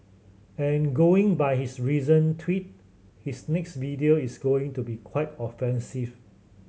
and going by his recent tweet his next video is going to be quite offensive